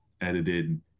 edited